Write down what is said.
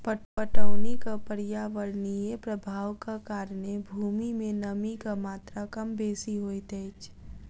पटौनीक पर्यावरणीय प्रभावक कारणेँ भूमि मे नमीक मात्रा कम बेसी होइत अछि